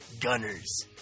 gunners